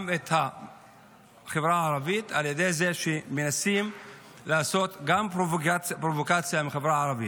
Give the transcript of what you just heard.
גם את החברה הערבית על ידי זה שמנסים לעשות גם פרובוקציה בחברה הערבית.